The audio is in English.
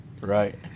Right